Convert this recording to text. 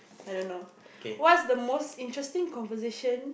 I don't know what's the most interesting conversation